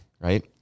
Right